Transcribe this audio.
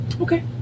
Okay